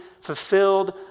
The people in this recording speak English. fulfilled